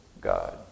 God